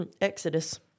Exodus